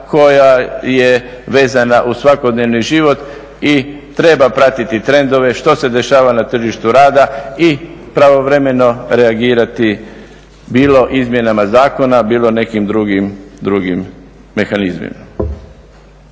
koja je vezana uz svakodnevni život i treba pratiti trendove što se dešava na tržištu rada i pravovremeno reagirati bilo izmjenama zakona, bilo nekim drugim mehanizmima.